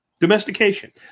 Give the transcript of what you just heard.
Domestication